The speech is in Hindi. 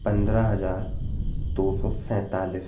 पंद्रह हज़ार दो सौ सैतालिस